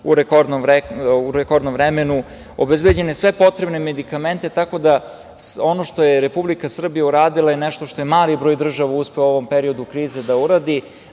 u rekordnom vremenu, obezbeđene sve potrebne medikamente. Tako da, ono što je Republika Srbija uredila je nešto što je mali broj država uspeo u ovom periodu krize da uradi,